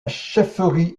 chefferie